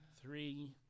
three